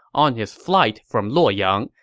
on his flight from luoyang,